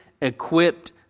equipped